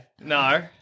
No